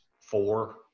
four